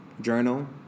Journal